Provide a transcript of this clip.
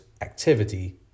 activity